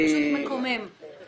זה פשוט מקומם שקם נציג ציבור.